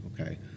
okay